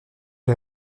les